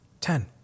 ten